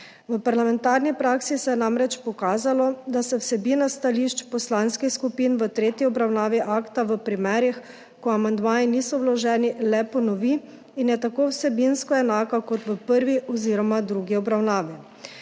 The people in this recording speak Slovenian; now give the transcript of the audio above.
V parlamentarni praksi se je namreč pokazalo, da se vsebina stališč poslanskih skupin v tretji obravnavi akta v primerih, ko amandmaji niso vloženi, le ponovi in je tako vsebinsko enaka kot v prvi oziroma drugi obravnavi.